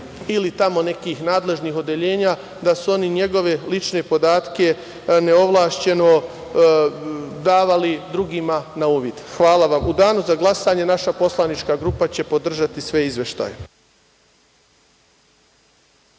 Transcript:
ili tamo nekih nadležnih odeljenja, da su oni njegove lične podatke neovlašćeno davali drugima na uvid. Hvala vam.U danu za glasanje, naša poslanička grupa će podržati sve izveštaje.